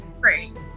Great